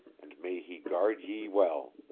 and may he guard ye well.